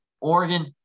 Oregon